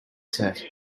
set